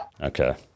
okay